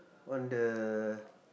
on the